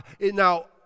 Now